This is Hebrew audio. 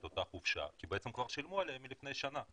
אותה חופשה כי כבר שילמו עליה לפני שנה.